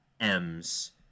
M's